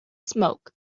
smoke